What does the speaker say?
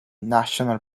national